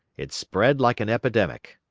it spread like an epidemic.